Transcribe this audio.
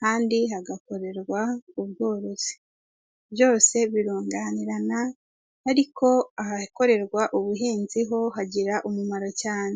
kandi hagakorerwa ubworozi, byose birunganirana ariko ahakorerwa ubuhinzi ho hagira umumaro cyane.